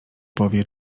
powie